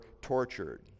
tortured